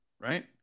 right